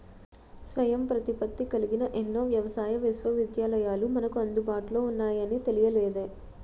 స్వయం ప్రతిపత్తి కలిగిన ఎన్నో వ్యవసాయ విశ్వవిద్యాలయాలు మనకు అందుబాటులో ఉన్నాయని తెలియలేదే